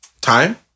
time